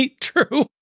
True